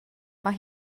mae